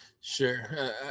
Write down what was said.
Sure